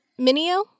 minio